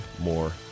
more